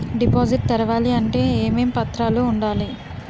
Deposit తెరవాలి అంటే ఏమేం పత్రాలు ఉండాలి?